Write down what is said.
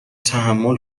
تحمل